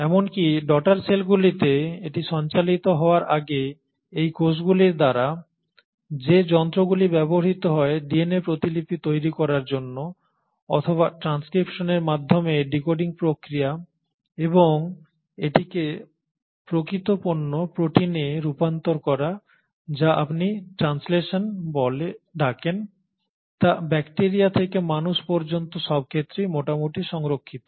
এমনকি ডটার সেলগুলিতে এটি সঞ্চালিত হওয়ার আগে এই কোষগুলির দ্বারা যে যন্ত্রগুলি ব্যবহৃত হয় ডিএনএ প্রতিলিপি তৈরি করার জন্য অথবা ট্রানস্ক্রিপশনের মাধ্যমে ডিকোডিং প্রক্রিয়া এবং এটিকে প্রকৃত পণ্য প্রোটিনে রূপান্তর করা যা আপনি ট্রান্সলেশন বলে ডাকেন তা ব্যাকটেরিয়া থেকে মানুষ পর্যন্ত সব ক্ষেত্রেই মোটামুটি সংরক্ষিত